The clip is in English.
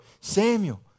Samuel